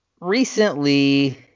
recently